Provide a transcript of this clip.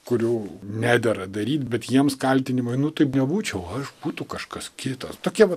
kurių nedera daryti bet jiems kaltinimai nu taip nebūčiau aš būtų kažkas kitas tokie vat